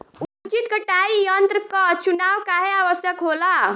उचित कटाई यंत्र क चुनाव काहें आवश्यक होला?